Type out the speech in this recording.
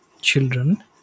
children